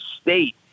state